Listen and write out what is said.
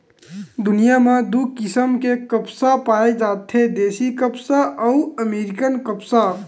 दुनिया म दू किसम के कपसा पाए जाथे देसी कपसा अउ अमेरिकन कपसा